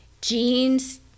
jeans